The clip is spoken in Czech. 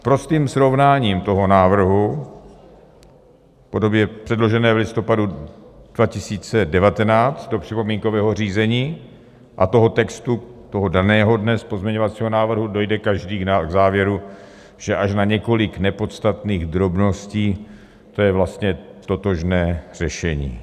Prostým srovnáním toho návrhu v podobě předložené v listopadu 2019 do připomínkového řízení a textu toho daného dne z pozměňovacího návrhu dojde každý k závěru, že až na několik nepodstatných drobností to je vlastně totožné řešení.